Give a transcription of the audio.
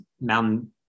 Mountain